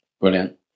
Brilliant